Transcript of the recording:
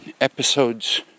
episodes